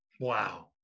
Wow